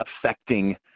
affecting